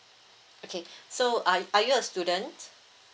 okay so are are you a student